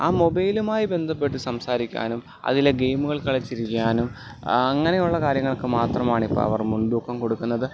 ആ മൊബൈലുമായിട്ട് ബന്ധപ്പെട്ട് സംസാരിക്കാനും അതിലെ ഗേമുകൾ കളിച്ചിരിക്കാനും അങ്ങനെയുള്ള കാര്യങ്ങൾക്ക് മാത്രമാണ് അവർ മുൻതൂക്കം കൊടുക്കുന്നത്